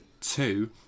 two